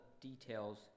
details